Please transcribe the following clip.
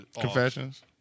confessions